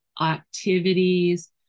activities